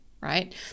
Right